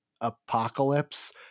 apocalypse